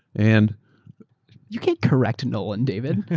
and you can't correct nolan, david.